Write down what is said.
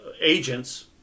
agents